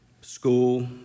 School